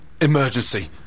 Emergency